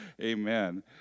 Amen